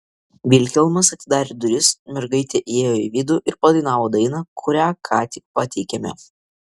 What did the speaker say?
vilhelmas atidarė duris mergaitė įėjo į vidų ir padainavo dainą kurią ką tik pateikėme